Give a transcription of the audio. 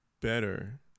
better